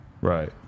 Right